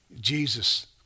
Jesus